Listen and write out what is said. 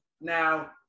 Now